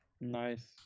Nice